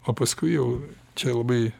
o paskui jau čia labai